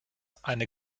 eine